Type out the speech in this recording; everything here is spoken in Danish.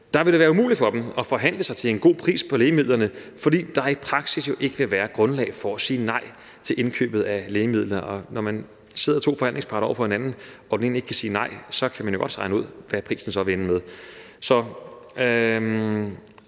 deres indkøbsorganisation – at forhandle sig til en god pris på lægemidlerne, fordi der jo i praksis ikke vil være grundlag for at sige nej til indkøbet af lægemidler. Og når man sidder to forhandlingsparter over for hinanden og den ene ikke kan sige nej, kan man godt regne ud, hvad prisen så vil ende med